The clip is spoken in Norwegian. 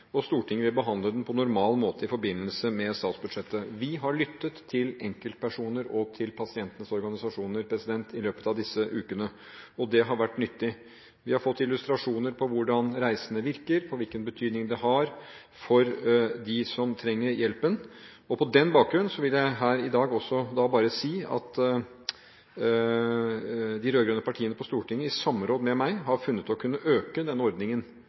og Stortinget vil behandle den på normal måte i forbindelse med statsbudsjettet. Vi har lyttet til enkeltpersoner og til pasientenes organisasjoner i løpet av disse ukene, og det har vært nyttig. Vi har fått illustrasjoner på hvordan reisene virker, og hvilken betydning det har for dem som trenger hjelpen. På den bakgrunn vil jeg her i dag også bare si at de rød-grønne partiene på Stortinget i samråd med meg har funnet å kunne øke denne ordningen